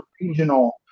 regional